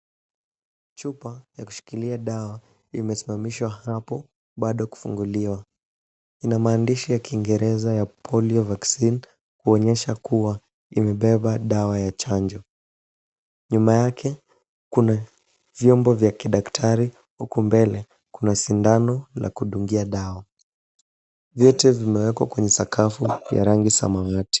Chupa ya kushikilia dawa imesimamishwa hapo bado kufunguliwa. Ina maandishi ya kingereza ya Polio vaccine kuonyesha kuwa imebeba dawa ya chanjo. Nyuma yake kuna vyombo vya kidkatari huku mbele kuna sindano la kudungia dawa. Vyote vimewekwa kwenye sakafu ya rangi samawati.